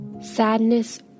Sadness